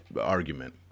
argument